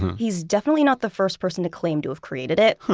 he's definitely not the first person to claim to have created it.